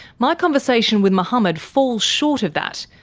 my conversation with mohammed falls short of that,